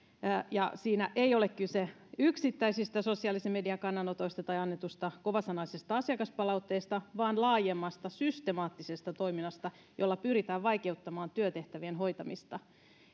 siinä ei ole kyse yksittäisistä sosiaalisen median kannanotoista tai annetusta kovasanaisesta asiakaspalautteesta vaan laajemmasta systemaattisesta toiminnasta jolla pyritään vaikeuttamaan työtehtävien hoitamista